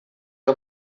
que